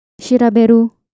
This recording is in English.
Shiraberu